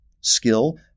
skill